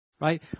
right